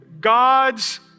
God's